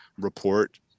report